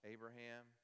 Abraham